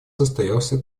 состоялся